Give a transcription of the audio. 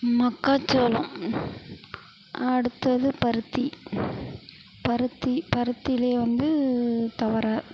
மக்காச்சோளம் அடுத்தது பருத்தி பருத்தி பருத்தியில் வந்து துவர